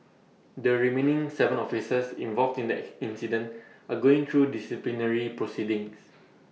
the remaining Seven officers involved in the incident are going through disciplinary proceedings